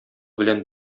белән